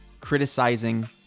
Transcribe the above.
criticizing